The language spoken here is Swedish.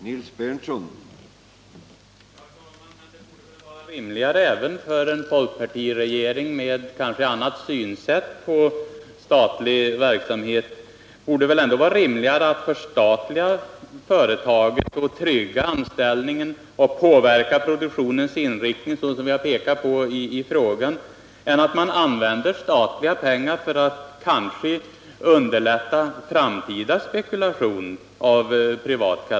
Herr talman! Även för en folkpartiregering, som kanske har en annan syn på statlig verksamhet än vad jag har, borde det väl ändå vara rimligare att förstatliga företaget, trygga anställningen och påverka produktionens inriktning så som jag har pekat på i frågan än att använda statliga pengar för att underlätta för privata spekulanter i framtiden.